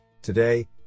Today